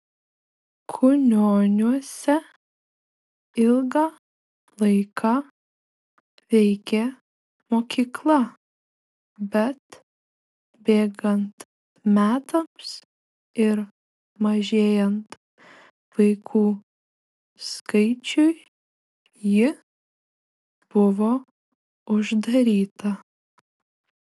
kunioniuose ilgą laiką veikė mokykla bet bėgant metams ir mažėjant vaikų skaičiui ji buvo uždaryta